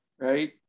right